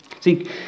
See